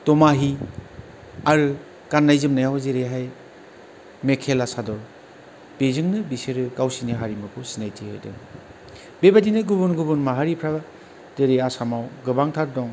दमाहि आरो गान्नाय जोमनायाव जेरैहाय मेखेला सादर बेजोंनो बिसोरो गावसोरनि हारिमुखौ सिनायथि होदों बेबादिनो गुबुन गुबुन माहारिफ्राबो जेरै आसामाव गोबांथार दं